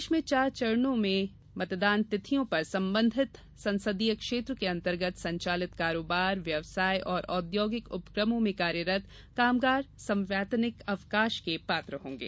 प्रदेश में चार चरणों में की मतदान तिथियों पर संबंधित संसदीय क्षेत्र के अंतर्गत संचालित कारोबार व्यवसाय और औद्योगिक उपक्रमों में कार्यरत कामगार संवैतनिक अवकाश के पात्र होंगे